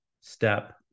step